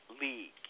League